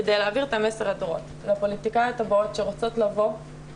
כדי להעביר את המסר לפוליטיקאיות הבאות שרוצות להשפיע.